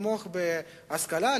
לתמוך בהשכלה,